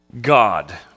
God